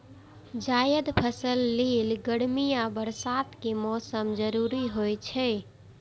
जायद फसल लेल गर्मी आ बरसात के मौसम जरूरी होइ छै